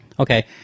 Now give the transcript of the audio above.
Okay